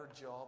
job